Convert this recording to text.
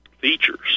features